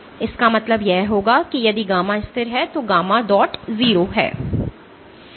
तो इसका मतलब यह होगा कि यदि गामा स्थिर है तो गामा डॉट 0 है